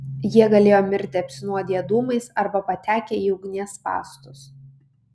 jie galėjo mirti apsinuodiję dūmais arba patekę į ugnies spąstus